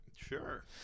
Sure